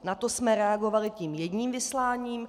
Na to jsme reagovali tím jedním vysláním.